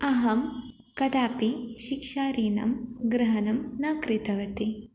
अहं कदापि शिक्षाऋणं ग्रहणं न कृतवती